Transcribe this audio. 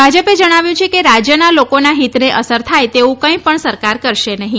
ભાજપે જણાવ્યું છે કે રાજ્યના લોકોના હિતને અસર થાય તેવું કંઇ સરકાર કરશે નહીં